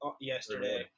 yesterday